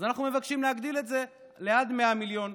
אז אנחנו מבקשים להגדיל את זה לעד 100 מיליון,